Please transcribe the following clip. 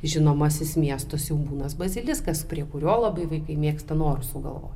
žinomasis miesto siaubūnas baziliskas prie kurio labai vaikai mėgsta norus sugalvot